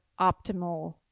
optimal